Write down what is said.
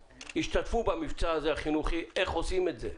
ישתתפו במבצע החינוכי הזה איך עושים את זה?